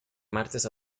martes